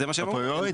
זה מה שהם אמרו.